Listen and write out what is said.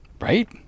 right